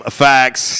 facts